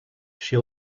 she